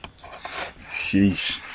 Sheesh